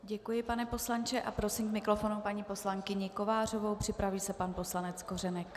Děkuji, pane poslanče, a prosím k mikrofonu paní poslankyni Kovářovou, připraví se pan poslanec Kořenek.